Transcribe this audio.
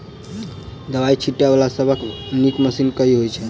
दवाई छीटै वला सबसँ नीक मशीन केँ होइ छै?